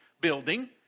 building